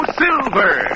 silver